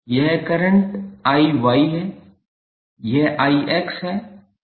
यह करंट 𝐼𝑌 है यह 𝐼𝑋 है और यह करंट I है